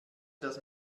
das